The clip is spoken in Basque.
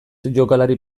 jokalari